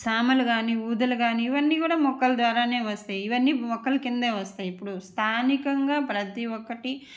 సామలు కాని ఊదలు కాని ఇవన్నీ కూడా మొక్కలు ద్వారానే వస్తాయి ఇవన్నీ మొక్కలు కిందే వస్తాయి ఇప్పుడు స్థానికంగా ప్రతి ఒక్కటి